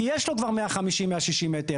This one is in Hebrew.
כי יש לו כבר 150 או 160 מ"ר.